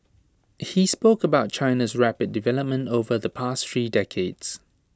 he spoke about China's rapid development over the past three decades